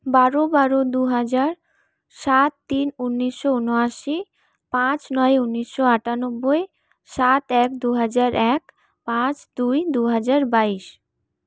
বারো বারো দুহাজার সাত তিন উনিশশো ঊনআশি পাঁচ নয় উনিশশো আটানব্বই সাত এক দুহাজার এক পাঁচ দুই দুহাজার বাইশ